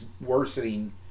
worsening